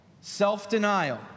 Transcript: self-denial